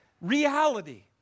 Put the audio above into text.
reality